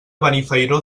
benifairó